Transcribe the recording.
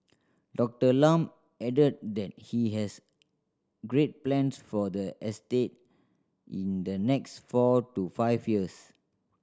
Doctor Lam added that he has great plans for the estate in the next four to five years